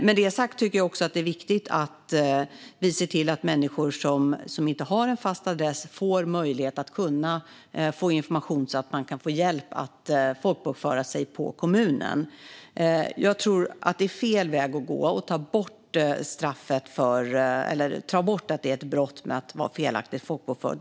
Med detta sagt är det viktigt att människor som inte har en fast adress ska få information så att de kan få hjälp att folkbokföra sig på kommunen. Det är fel väg att gå att ta bort brottet att vara felaktigt folkbokförd.